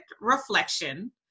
reflection